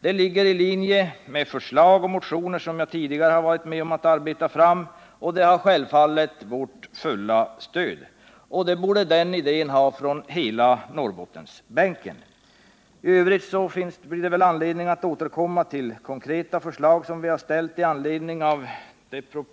Den ligger i linje med förslag och motioner som jag tidigare varit med om att arbeta fram, och den har självfallet mitt fulla stöd. Det borde den idén ha från åtminstone hela Norrbottensbänken. I övrigt blir det väl anledning att återkomma såväl till de konkreta förslag som vi har ställt i anledning av